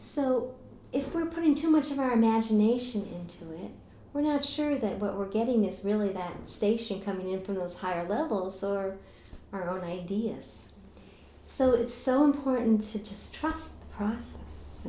so if we're putting too much in our imagination and we're not sure that what we're getting is really that station coming in from those higher levels or our own ideas so it's so important to just trust process